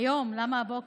הצעת החוק